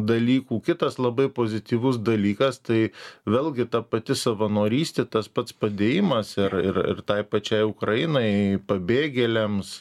dalykų kitas labai pozityvus dalykas tai vėlgi ta pati savanorystė tas pats padėjimas ir ir ir tai pačiai ukrainai pabėgėliams